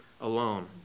alone